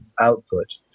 output